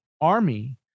army